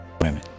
women